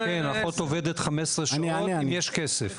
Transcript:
כן אחות עובדת 15 שעות, אם יש כסף.